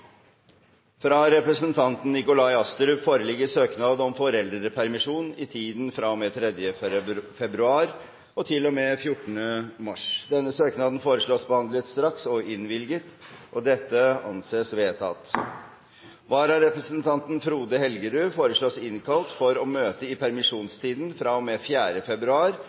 Fra representanten Nikolai Astrup foreligger søknad om foreldrepermisjon i tiden fra og med 3. februar til og med 14. mars. Søknaden foreslås behandlet straks og innvilges. – Det anses vedtatt. Vararepresentanten, Frode Helgerud, foreslås innkalt for å møte i permisjonstiden fra og med 4. februar